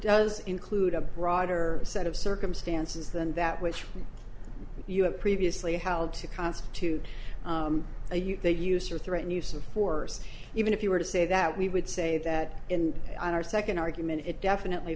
does include a broader set of circumstances than that which you have previously held to constitute a you they use or threatened use of force even if you were to say that we would say that and on our second argument it definitely